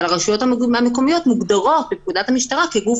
הרשויות המקומיות מוגדרות בפקודת המשטרה כגוף